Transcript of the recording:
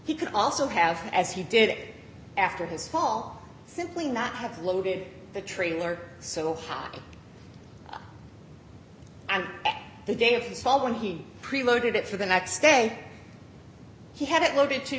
he could also have as he did after his fall simply not have loaded the trailer so hot and the day of his fall when he preloaded it for the next day he had it loaded t